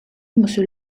monsieur